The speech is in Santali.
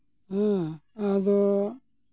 ᱦᱮᱸ ᱟᱫᱚ